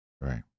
Right